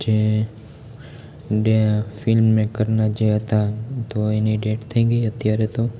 જે જે ફિલ્મ મેકરના જે હતા તો એની ડેડ થઈ ગઈ અત્યારે તો